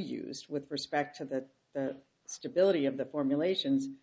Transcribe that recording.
use with respect to the stability of the formulation